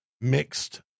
mixed